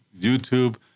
YouTube